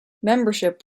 membership